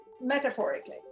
metaphorically